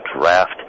draft